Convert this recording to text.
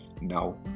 now